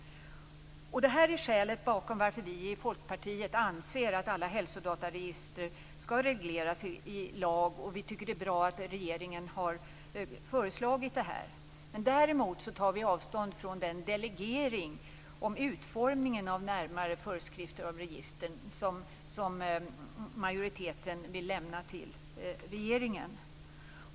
Detta är skälet till varför vi i Folkpartiet anser att alla hälsodataregister skall regleras i lag. Vi tycker att det är bra att regeringen har föreslagit det. Däremot tar vi avstånd från den delegering om utformningen av närmare föreskrifter om registren som majoriteten vill lämna till regeringen.